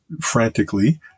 frantically